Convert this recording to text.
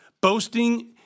Boasting